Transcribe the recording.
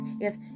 yes